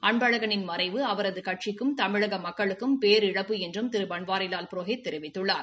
அன்பழனின் மறைவு அவரது கட்சிக்கும் தமிழக மக்களுக்கும் பேரிழப்பு என்றும் திரு பன்வாரிலால் புரோஹித் தெரிவித்துள்ளார்